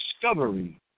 discovery